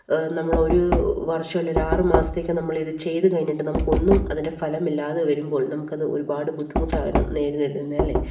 നമ്മളൊരു വർഷം അല്ലെങ്കിലൊരു ആറ് മാസത്തേക്ക് നമ്മളിത് ചെയ്തുകഴിഞ്ഞിട്ട് നമുക്കൊന്നും അതിൻ്റെ ഫലമില്ലാതെ വരുമ്പോൾ നമുക്കത് ഒരുപാട് ബുദ്ധിമുട്ടാണ് നേരിടുന്നതല്ലേ